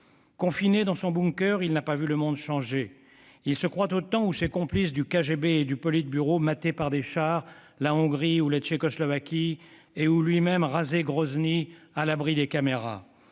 Confiné dans son bunker, il n'a pas vu le monde changer. Il se croit encore au temps où ses complices du KGB et du mataient par des chars la Hongrie ou la Tchécoslovaquie, et où lui-même rasait Grozny à l'abri des caméras.